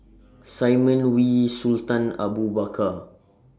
Simon Wee Sultan Abu Bakar